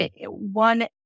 one